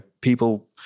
people